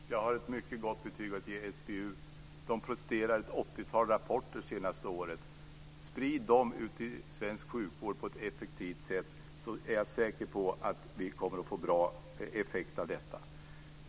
Fru talman! Jag har ett mycket gott betyg att ge SBU. Man har presterat ett 80-tal rapporter det senaste året. Sprid dem ut till svensk sjukvård på ett effektivt sätt, så är jag säker på att vi kommer att få bra effekt av detta.